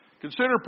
Consider